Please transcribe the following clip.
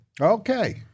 Okay